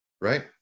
right